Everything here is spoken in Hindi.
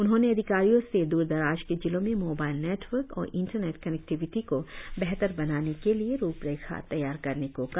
उन्होंने अधिकारियों से द्र दराज के जिलों में मोबाइल नेटवर्क और इंटरनेट कनेक्टिविटी को बेहतर बनाने के लिए रुपरेखा तैयार करने को कहा